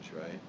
right